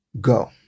go